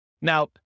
now